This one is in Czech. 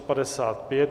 55.